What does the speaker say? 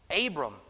Abram